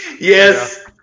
Yes